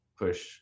Push